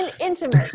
intimate